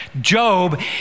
Job